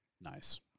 Nice